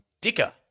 Dicker